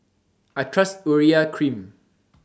I Trust Urea Cream